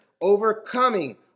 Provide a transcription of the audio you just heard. overcoming